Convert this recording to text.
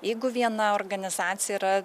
jeigu viena organizacija yra